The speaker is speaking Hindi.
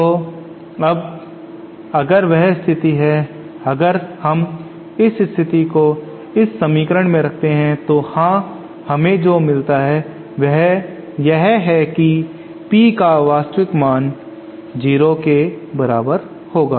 तो अब अगर वह स्थिति है अगर हम इस स्थिति को इस समीकरण में रखते हैं तो हां हमें जो मिलता है वह यह है कि P का वास्तविक मान 0 के बराबर होगा